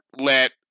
let